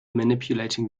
manipulating